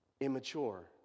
immature